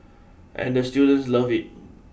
and the students love it